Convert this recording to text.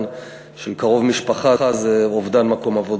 של קרוב משפחה זה אובדן מקום עבודה.